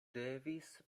revis